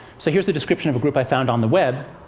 so here's the description of a group i found on the web.